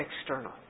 external